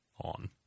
on